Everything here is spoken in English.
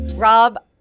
Rob